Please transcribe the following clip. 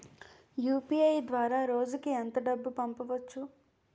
UPI ద్వారా రోజుకి ఎంత డబ్బు పంపవచ్చు?